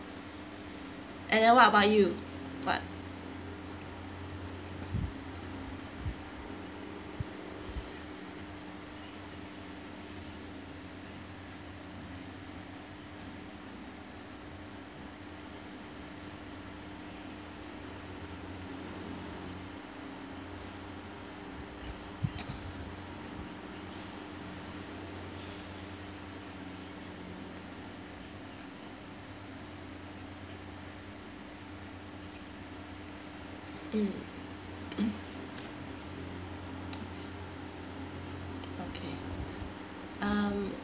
and then what about you what mm okay um